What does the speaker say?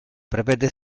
prevede